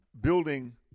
Building